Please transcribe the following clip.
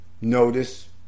notice